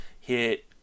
hit